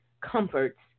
comforts